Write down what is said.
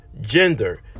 Gender